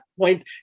point